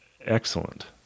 excellent